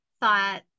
thought